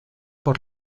por